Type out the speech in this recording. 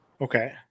okay